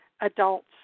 adults